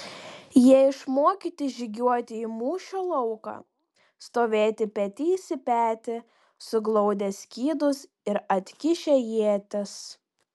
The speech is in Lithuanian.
jie išmokyti žygiuoti į mūšio lauką stovėti petys į petį suglaudę skydus ir atkišę ietis